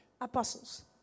apostles